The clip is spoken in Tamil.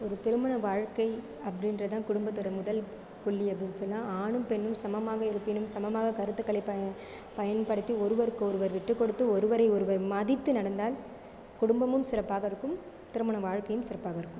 ஒரு திருமண வாழ்க்கை அப்படி என்றது தான் குடும்பத்தோடய முதல் புள்ளி அப்படின்னு சொல்லலாம் ஆணும் பெண்ணும் சமமாக இருப்பினும் சமமாக கருத்துகளை பயன்படுத்தி ஒருவருக்கொருவர் விட்டுக் கொடுத்து ஒருவரை ஒருவர் மதித்து நடந்தால் குடும்பமும் சிறப்பாக இருக்கும் திருமண வாழ்க்கையும் சிறப்பாக இருக்கும்